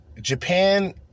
Japan